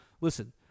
listen